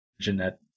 Jeanette